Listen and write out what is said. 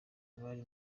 bari